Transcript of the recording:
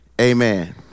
amen